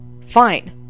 Fine